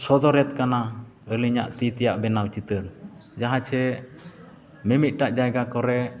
ᱥᱚᱫᱚᱨᱮᱫ ᱠᱟᱱᱟ ᱟᱹᱞᱤᱧᱟᱜ ᱛᱤ ᱛᱮᱭᱟᱜ ᱵᱮᱱᱟᱣ ᱪᱤᱛᱟᱹᱨ ᱡᱟᱦᱟᱸ ᱪᱮ ᱢᱤᱢᱤᱫᱴᱟᱝ ᱡᱟᱭᱜᱟ ᱠᱚᱨᱮᱜ